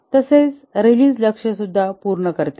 तसेच ते रिलीझ लक्ष्ये पूर्ण करतील